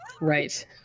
Right